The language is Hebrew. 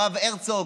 הרב הרצוג,